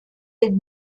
dem